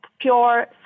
pure